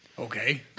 Okay